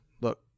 look